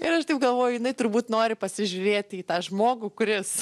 ir aš taip galvoju jinai turbūt nori pasižiūrėti į tą žmogų kuris